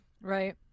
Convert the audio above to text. right